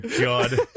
God